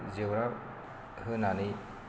जेवरा होनानै